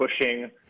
pushing